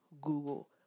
Google